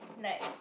like